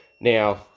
Now